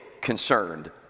concerned